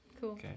Cool